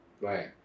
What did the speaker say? Right